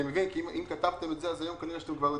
אם אתם לא יודעים,